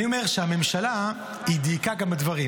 אני אומר שהממשלה דייקה גם עם הדברים.